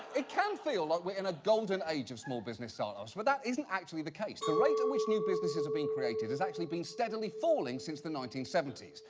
it can feel like we're in a golden age of small business start-ups, but that isn't actually the case. the rate at which new businesses are been created has actually being steadily falling since the nineteen seventy s.